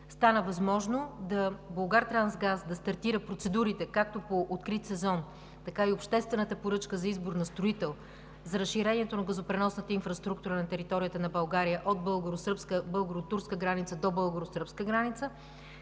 стана възможно „Булгартрансгаз“ да стартира процедурите както по открит сезон, така и обществената поръчка за избор на строител за разширението на газопреносната инфраструктура на територията на България от българо-турската до българо-сръбската граница,